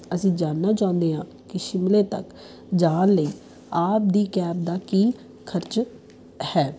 ਅਸੀਂ ਜਾਣਨਾ ਚਾਹੁੰਦੇ ਆਂ ਕਿ ਸ਼ਿਮਲੇ ਤੱਕ ਜਾਣ ਲਈ ਆਪ ਦੀ ਕੈਬ ਦਾ ਕੀ ਖਰਚ ਹੈ